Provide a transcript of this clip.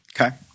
Okay